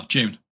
June